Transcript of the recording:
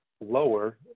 lower